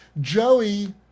Joey